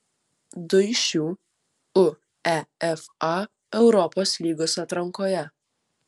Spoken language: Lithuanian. du iš jų uefa europos lygos atrankoje